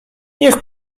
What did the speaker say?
niech